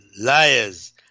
liars